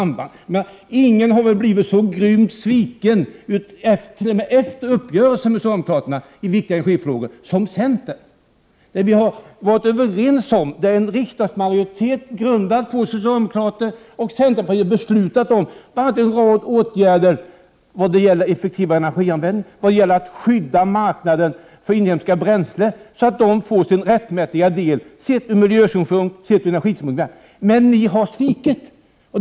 Men inga har väl blivit så grymt svikna, t.o.m. efter en uppgörelse med socialdemokraterna, i viktiga energifrågor som centerpartisterna. En riksdagsmajoritet bestående av socialdemokrater och centerpartister har beslutat om en rad åtgärder för effektivare energianvändning och till skydd av marknaden för inhemska bränslen, så att dessa får sin rättmätiga andel ur miljöoch energisynpunkt, men ni har svikit på de punkterna.